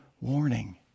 warning